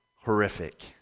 Horrific